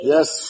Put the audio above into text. Yes